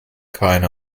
keine